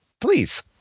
Please